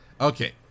Okay